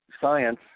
science